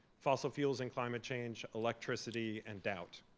fossil fuels and climate change, electricity and doubt,